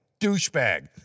Douchebag